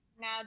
now